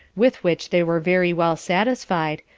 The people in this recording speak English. with which they were very well satisfied,